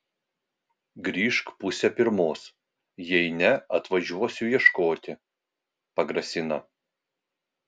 grįžk pusę pirmos jei ne atvažiuosiu ieškoti pagrasina